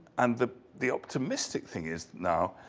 and the the optimistic thing is, now,